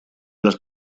los